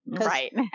Right